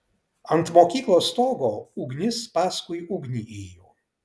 ant mokyklos stogo ugnis paskui ugnį ėjo